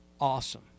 awesome